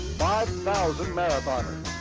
five thousand marathoners,